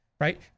right